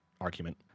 argument